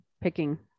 picking